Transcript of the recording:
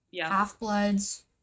Half-bloods